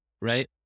right